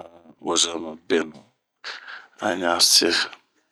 Din ɲan a wozomɛ benu a ɲan see.